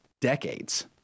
decades